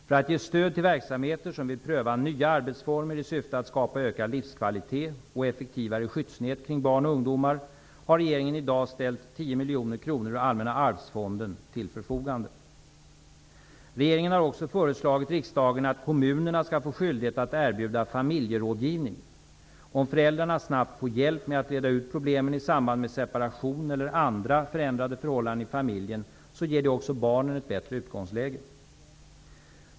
För att ge stöd till verksamheter som vill pröva nya arbetsformer i syfte att skapa ökad livskvalitet och effektivare skyddsnät kring barn och ungdomar har regeringen i dag ställt 10 miljoner kronor ur Allmänna arvsfonden till förfogande. Regeringen har också föreslagit riksdagen att kommunerna skall få skyldighet att erbjuda familjerådgivning. Om föräldrarna snabbt får hjälp med att reda ut problem i samband med separation eller andra förändrade förhållanden i familjen, ger det också barnen ett bättre utgångsläge.